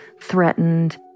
threatened